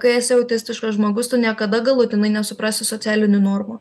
kai esi autistiškas žmogus tu niekada galutinai nesuprasi socialinių normų